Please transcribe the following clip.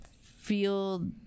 feel